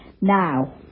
Now